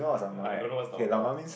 ya I don't know what's lao nua